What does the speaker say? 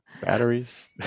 Batteries